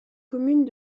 communes